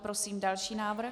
Prosím další návrh.